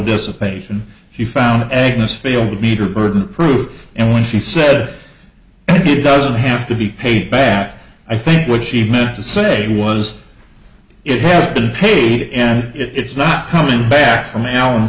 dissipates and she found agnes failed to meet her burden of proof and when she said it doesn't have to be paid back i think what she meant to say was it has been paid and it's not coming back from alan